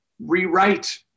rewrite